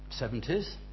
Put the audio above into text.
70s